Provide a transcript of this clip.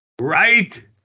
Right